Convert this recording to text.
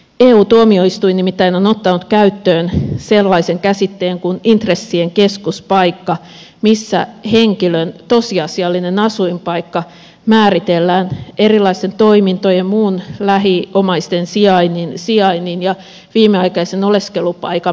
eu tuomioistuin nimittäin on ottanut käyttöön sellaisen käsitteen kuin intressien keskuspaikka missä henkilön tosiasiallinen asuinpaikka määritellään erilaisten toimintojen ja muun lähiomaisten sijainnin ja viimeaikaisen oleskelupaikan perusteella